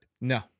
No